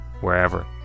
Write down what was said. wherever